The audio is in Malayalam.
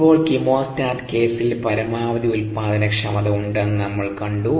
ഇപ്പോൾ കീമോസ്റ്റാറ്റ് കേസിൽ പരമാവധി ഉൽപാദനക്ഷമത ഉണ്ടെന്ന് നമ്മൾ കണ്ടു